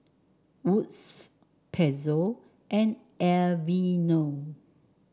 Wood's Pezzo and Aveeno